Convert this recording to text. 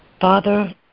father